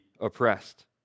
oppressed